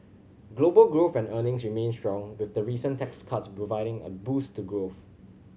global growth and earnings remain strong with the recent tax cuts providing a boost to growth